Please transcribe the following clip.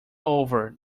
over